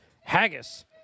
haggis